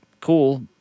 cool